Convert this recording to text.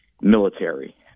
military